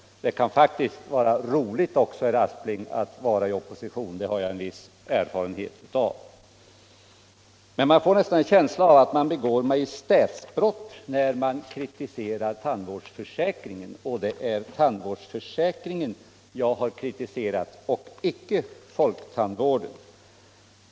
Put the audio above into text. Det kan faktiskt vara roligt också, herr Aspling, att vara I opposition — det har jag en viss erfarenhet av. Man får nästan en känsla av att man begår ett majestätsbrott när man kritiserar tandvårdsförsäkringen — och det är tandvårdsförsäkringen jag har kritiserat, inte folktandvården.